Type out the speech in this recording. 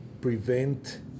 prevent